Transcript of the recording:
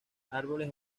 árboles